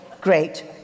great